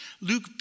Luke